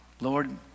Lord